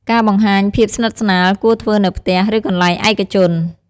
ការបង្ហាញភាពស្និទ្ធស្នាលគួរធ្វើនៅផ្ទះ ឬកន្លែងឯកជន។